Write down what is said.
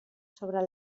sobre